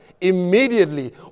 immediately